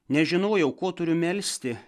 nežinojau ko turiu melsti